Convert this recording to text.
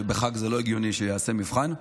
כי לא הגיוני שייעשה מבחן בחג.